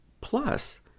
plus